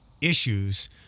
issues